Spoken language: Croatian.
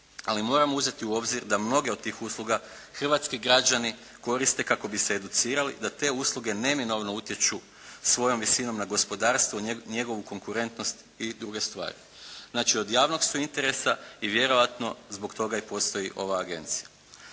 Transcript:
Ali moramo uzeti u obzir da mnoge od tih usluga hrvatski građani koriste kako bi se educirali da te usluge neminovno utječu svojom visinom na gospodarstvo, njegovu konkurentnost i druge stvari. Znači, od javnog su interesa i vjerojatno zbog toga i postoji ova agencija.